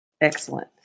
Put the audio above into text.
Excellent